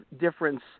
difference